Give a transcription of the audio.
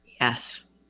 Yes